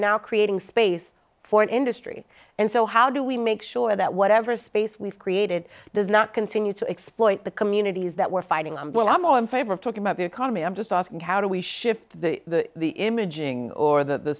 now creating space for an industry and so how do we make sure that whatever space we've created does not continue to exploit the communities that we're fighting and well i'm all in favor of talking about the economy i'm just asking how do we shift the the imaging or the